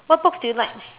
what books do you like